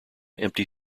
empty